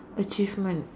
achievement